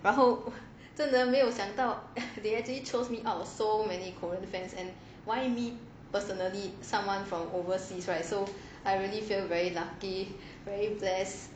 然后真的没有想到 they actually chose me out of so many korean fans and why me personally someone from overseas right so I really feel very lucky very bless